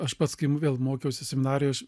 aš pats kai vėl mokiausi seminarijoj aš